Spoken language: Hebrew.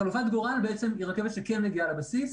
חלופת גורל היא רכבת שכן מגיעה לבסיס,